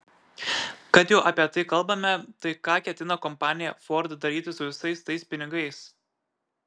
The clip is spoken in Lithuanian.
kad jau apie tai kalbame tai ką ketina kompanija ford daryti su visais tais pinigais